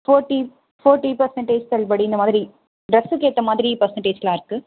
forty forty percentage தள்ளுபடி இந்த மாதிரி டிரெஸுக்கு ஏற்ற மாதிரி பர்சன்டேஜ்லாம் இருக்குது